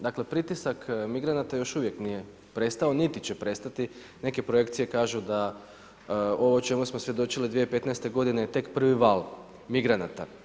Dakle, pritisak migranata još uvijek nije prestao, niti će prestati, neke projekcije kažu, da ovo o čemu smo svjedočili 2015. g. je tek prvi val migranata.